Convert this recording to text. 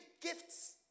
gifts